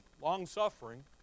long-suffering